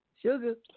Sugar